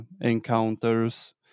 encounters